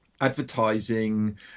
advertising